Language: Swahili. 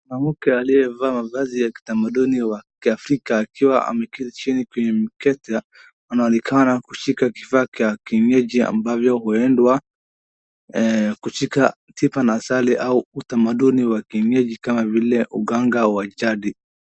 Mwanamke aliyevaa mavazi ya kitamanduni wa kiafrika akiwa ameketi chini kwenye mkeka anaonekana kushika kifaa kia kienyeji amabvyo huendwa kushika tiba na asali au utamanduni wa kienyeji kama vile uganga wa jadi.